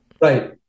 Right